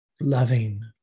loving